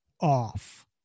off